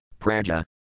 praja